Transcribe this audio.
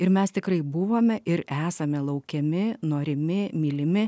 ir mes tikrai buvome ir esame laukiami norimi mylimi